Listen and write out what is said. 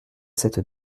cette